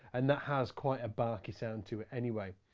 and that has quite a bark-y sound to it anyway.